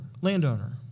landowner